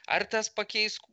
ar tas pakeis